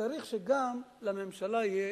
וצריך שגם לממשלה יהיה